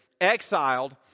exiled